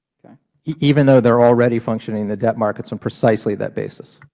even though they're already functioning in the debt markets on precisely that basis?